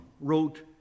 wrote